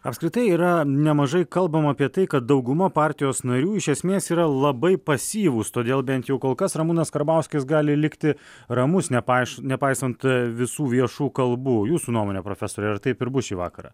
apskritai yra nemažai kalbama apie tai kad dauguma partijos narių iš esmės yra labai pasyvūs todėl bent jau kol kas ramūnas karbauskis gali likti ramus nepaiš nepaisant visų viešų kalbų jūsų nuomone profesore ar taip ir bus šį vakarą